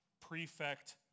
Prefect